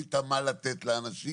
החליטה מה לתת לאנשים